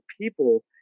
people